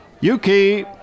Yuki